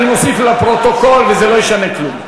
אני מוסיף לפרוטוקול וזה לא ישנה כלום.